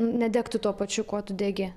nedegtų tuo pačiu kuo tu degi